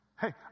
Hey